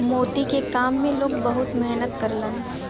मोती के काम में लोग बहुत मेहनत करलन